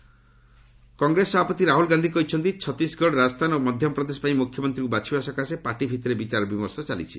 Rahul CM announced Congress ସଭାପତି ରାହୁଳ ଗାନ୍ଧୀ କହିଛନ୍ତି ଛତିଶଗଡ ରାଜସ୍ଥାନ ଓ ମଧ୍ୟପ୍ରଦେଶ ପାଇଁ ମୁଖ୍ୟମନ୍ତ୍ରୀଙ୍କୁ ବାଛିବା ସକାଶେ ପାର୍ଟି ଭିତରେ ବିଚାରବିମର୍ଷ ଚାଳିଛି